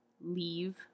leave